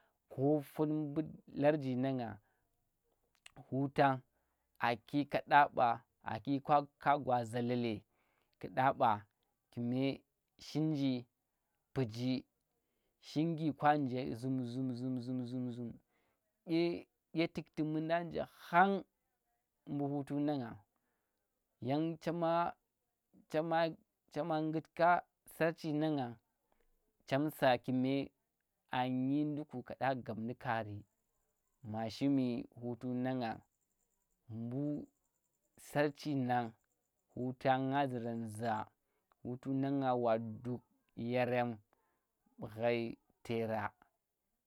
Kofun mbu larji nang ngang hutang a kyi kaɗa ɓa, a ki ka gwa a ki gwa da zalale ku̱ ɗa ɓa ku̱me shin nJi puji, shingi kwa nje zum zum zum zum zum zum, dye, dye tu̱lti mu̱nda nje khang mbu hutu nang ngang yan chema'a chema, chema a ngut ka sarchi nan ngang chem sa ku̱me a nyi nduku, kaɗa gap nu kari ma shimi hutu nang nga mbu̱ sarchi nang hutan nga zuran za hutu nang ngang wa dukh yerem mbu ghai tera.